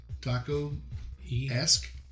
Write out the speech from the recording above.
taco-esque